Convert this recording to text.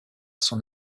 son